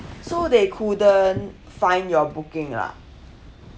so they couldn't find your booking lah